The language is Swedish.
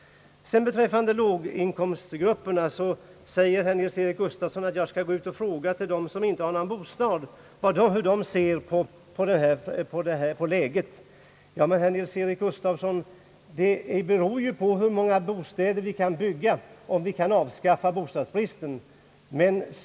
Beträffande låginkomstgrupperna säger herr Nils-Eric Gustafsson att jag bör gå ut och fråga dem som inte har någon bostad hur de ser på läget. Men, herr Ang. hyreslagstiftningen Nils-Eric Gustafsson, det beror ju på hur många bostäder vi kan bygga, om vi kan avskaffa bostadsbristen.